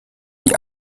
die